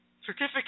certificate